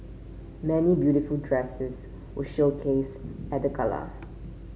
many beautiful dresses were showcased at the gala